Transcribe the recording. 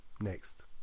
Next